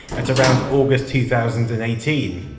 at around august two thousand and eighteen.